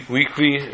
weekly